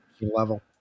level